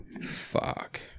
fuck